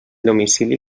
domicili